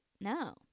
no